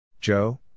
Joe